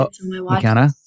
McKenna